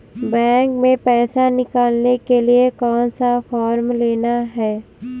Bank में पैसा निकालने के लिए कौन सा फॉर्म लेना है?